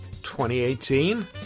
2018